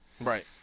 Right